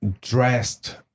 dressed